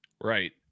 Right